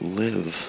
live